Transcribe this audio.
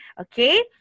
okay